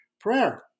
prayer